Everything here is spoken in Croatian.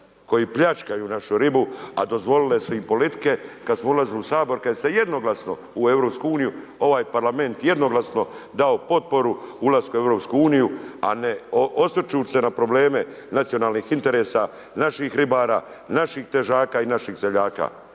koji pljačkaju našu ribu, a dozvolile su i politike kad smo ulazili u Sabor, kad se jednoglasno u EU ovaj parlament, jednoglasnu dao potporu ulaska u EU, a ne, osvećujući se na probleme nacionalnih interesa naših ribara, naših težaka i naših seljaka.